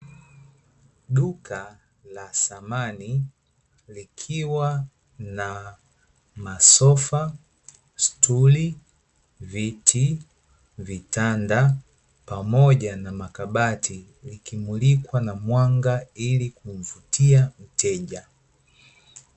Duka la samani likiwa na masofa, stuli, viti, vitanda pamoja na makabati likimulikwa na mwanga ili kumvutia mteja.